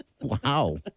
Wow